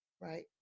Right